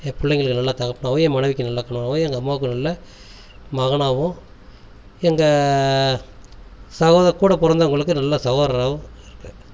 என் பிள்ளைங்களுக்கு நல்ல தகப்பனாவும் என் மனைவிக்கு நல்ல கணவராவும் எங்கள் அம்மாவுக்கு நல்ல மகனாவும் எங்க சகோதர கூட பிறந்தவங்களுக்கு நல்ல சகோதராவும் இருக்கேன்